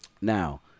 now